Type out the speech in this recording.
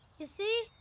you see,